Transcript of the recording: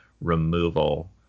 removal